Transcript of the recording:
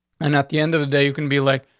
and at the end of the day, you can be like,